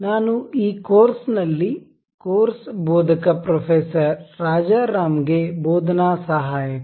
ನಾನು ಈ ಕೋರ್ಸ್ನಲ್ಲಿ ಕೋರ್ಸ್ ಬೋಧಕ ಪ್ರೊಫೆಸರ್ ರಾಜಾರಾಮ್ಗೆ ಬೋಧನಾ ಸಹಾಯಕ